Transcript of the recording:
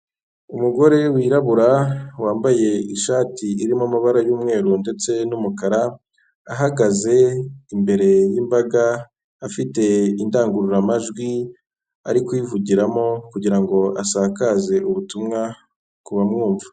Umugore wirabura wambaye ishati irimo amabara y'umweru ndetse n'umukara, ahagaze imbere y'imbaga afite indangururamajwi ari kuyivugiramo kugirango asakaze ubutumwa ku bamwumva.